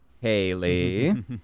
Haley